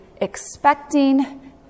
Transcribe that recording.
expecting